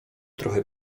trochę